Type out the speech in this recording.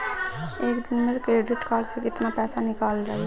एक दिन मे क्रेडिट कार्ड से कितना पैसा निकल जाई?